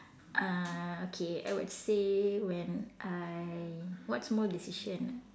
uh okay I would say when I what small decision ah